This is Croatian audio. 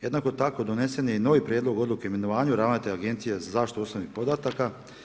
Jednako tako donesen je i novi Prijedlog odluke o imenovanju ravnatelja Agencije za zaštitu osobnih podataka.